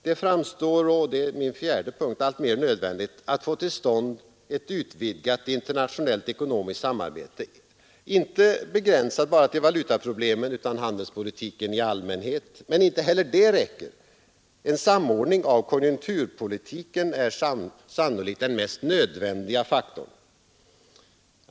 Det framstår — och detta är min fjärde punkt — som alltmer nödvändigt att få till stånd ett utvidgat internationellt ekonomiskt samarbete, inte begränsat bara till valutaproblemen utan omfattande handelspolitiken i allmänhet. Men inte heller det räcker. En samordning av konjunkturpolitiken är sannolikt den mest nödvändiga faktorn.